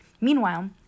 Meanwhile